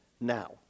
now